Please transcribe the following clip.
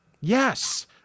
yes